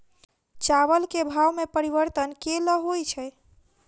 चावल केँ भाव मे परिवर्तन केल होइ छै?